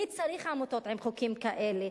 מי צריך עמותות עם חוקים כאלה?